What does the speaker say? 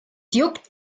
juckt